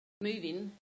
moving